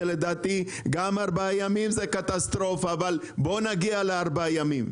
שלדעתי גם ארבעה ימים זה קטסטרופה אבל בואו נגיע לארבעה ימים.